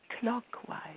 clockwise